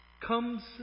comes